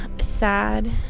sad